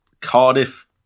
Cardiff